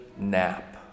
nap